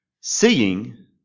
Seeing